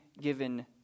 given